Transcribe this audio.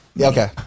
Okay